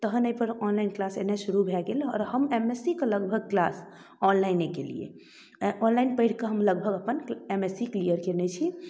तहन एहिपर online class अएनाइ शुरू भऽ गेल और हम एम एस सी के लगभग किलास ऑनलाइने केलिए ऑनलाइन पढ़िकऽ लगभग हम अपन एम एस सी क्लिअर कएने छी